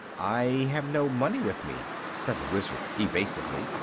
i have no money with me, said the wizard, evasively.